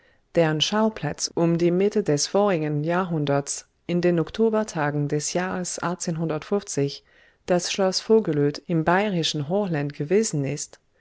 deren schauplatz um die mitte des vorigen jahrhunderts in den oktobertagen des jahres das schloß vogelöd im bayrischen hochland gewesen ist